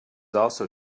also